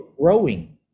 growing